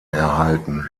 erhalten